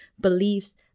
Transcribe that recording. beliefs